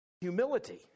humility